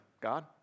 God